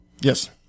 Yes